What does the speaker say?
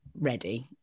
ready